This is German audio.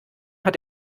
hat